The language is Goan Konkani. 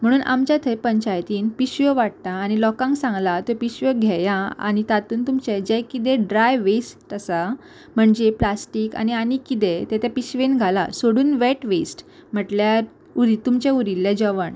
म्हणून आमच्या थंय पंचायतीन पिशव्यो वाडटा आनी लोकांक सांगलां त्यो पिशव्यो घेया आनी तातून तुमचे जे किदे ड्राय वेस्ट आसा म्हणजे प्लास्टीक आनी आनी किदें तें पिशवेन घाला सोडून वेट वेस्ट म्हटल्यार उर तुमचें उरिल्ले जेवण